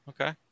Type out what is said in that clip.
Okay